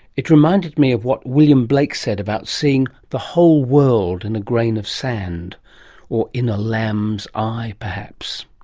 it reminded me of what william blake said about seeing the whole world in a grain of sand or in a lamb's eye perhaps.